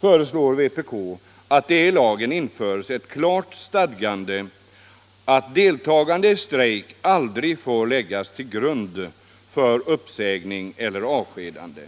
föreslår vpk att det i lagen införs et klart stadgande om att deltagande i strejk aldrig får läggas till grund för uppsägning eller avskedande.